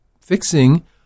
fixing